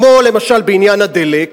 כמו למשל בעניין הדלק,